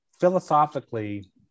philosophically